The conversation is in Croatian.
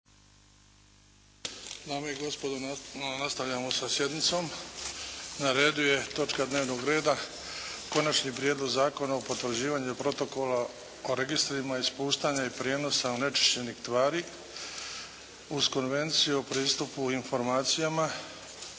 Dame i gospodo, nastavljamo sa sjednicom. Na redu je točka dnevnog reda - Konačni prijedlog Zakona o potvrđivanju Protokola o registrima ispuštanja i prijenosa onečišćujućih tvari uz Konvenciju o pristupu informacijama,